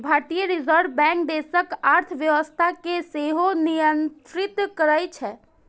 भारतीय reserve bank देशक अर्थव्यवस्था कें सेहो नियंत्रित करै छै